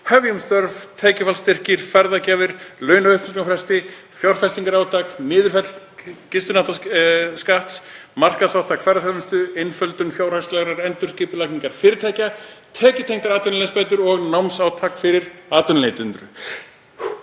Hefjum störf, tekjufallsstyrkir, ferðagjafir, launaupplýsingafrestir, fjárfestingarátak, niðurfelling gistináttaskatts, markaðsátak ferðaþjónustu, einföldun fjárhagslegrar endurskipulagningar fyrirtækja, tekjutengdar atvinnuleysisbætur og námsátak fyrir atvinnuleitendur.